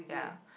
ya